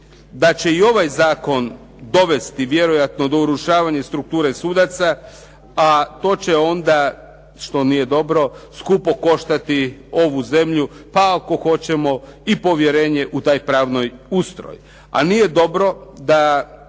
da će i ovaj zakon dovesti vjerojatno do urušavanje strukture sudaca, a to će onda, što nije dobro skupo koštati ovu zemlju, pa ako hoćemo i povjerenje u taj pravi ustroj. A nije dobro da